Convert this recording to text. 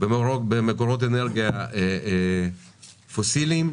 במקורות אנרגיה פוסיליים,